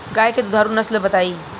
गाय के दुधारू नसल बताई?